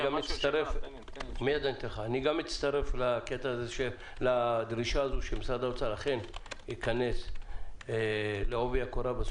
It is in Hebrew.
אני גם מצטרף לדרישה הזאת שמשרד האוצר אכן ייכנס בעובי הקורה.